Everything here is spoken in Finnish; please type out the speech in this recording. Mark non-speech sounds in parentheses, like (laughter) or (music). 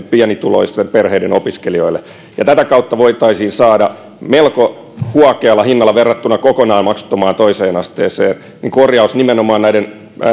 (unintelligible) pienituloisten perheiden toisen asteen opiskelijoille tätä kautta voitaisiin saada melko huokealla hinnalla verrattuna kokonaan maksuttomaan toiseen asteeseen korjaus nimenomaan näiden